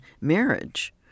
marriage